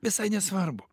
visai nesvarbu